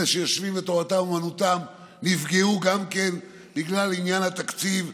אלה שיושבים ותורתם אומנותם נפגעו גם הם בגלל עניין התקציב,